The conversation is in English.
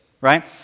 right